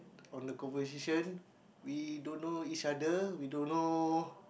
on the conversation we don't know each other we don't know